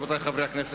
רבותי חברי הכנסת,